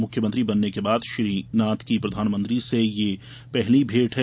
मुख्यमंत्री बनने के बाद श्री नाथ की प्रधानमंत्री से यह पहली भेंट है